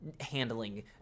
handling